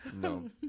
No